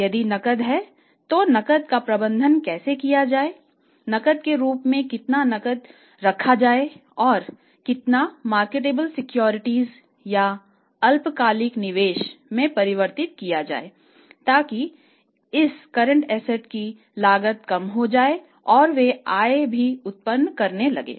यदि नकद है तो नकद का प्रबंधन कैसे किया जाए नकद के रूप में कितना नकद रखा जाए और कितना मार्केटेबल सिक्योरिटीज की लागत कम हो जाए और वे आय भी उत्पन्न करने लगें